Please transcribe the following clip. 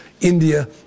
India